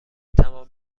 تمام